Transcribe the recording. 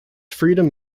freedom